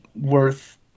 worth